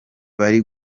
bari